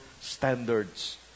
standards